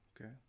Okay